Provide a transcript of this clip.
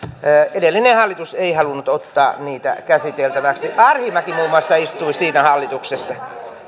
edellinen hallitus ei halunnut ottaa niitä käsiteltäväksi arhinmäki muun muassa istui siinä hallituksessa